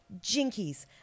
jinkies